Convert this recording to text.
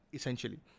Essentially